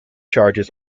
charges